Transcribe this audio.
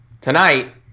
Tonight